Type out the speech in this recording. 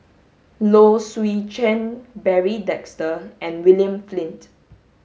Low Swee Chen Barry Desker and William Flint